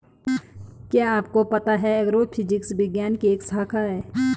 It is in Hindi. क्या आपको पता है एग्रोफिजिक्स विज्ञान की एक शाखा है?